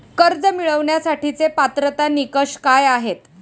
कर्ज मिळवण्यासाठीचे पात्रता निकष काय आहेत?